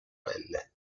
pelle